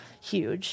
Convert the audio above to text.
huge